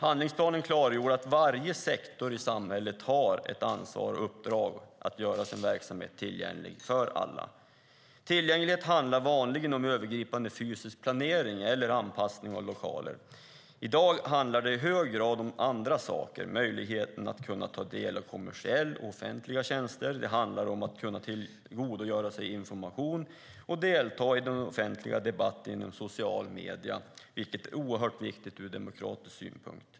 Handlingsplanen klargjorde att varje sektor i samhället har ett ansvar och uppdrag att göra sin verksamhet tillgänglig för alla. Tillgänglighet handlar vanligen om övergripande fysisk planering eller anpassning av lokaler. I dag handlar det i hög grad om andra saker, som möjligheten att ta del av kommersiella och offentliga tjänster. Det handlar om att kunna tillgodogöra sig information och delta i den offentliga debatten genom sociala medier, vilket är oerhört viktigt ur demokratisk synpunkt.